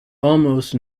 almost